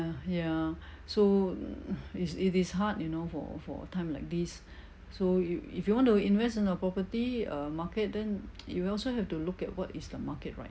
err ya so is it is hard you know for for a time like this so you if you want to invest in the property uh market then it will also have to look at what is the market right